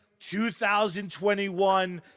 2021